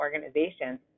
organizations